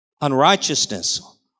Unrighteousness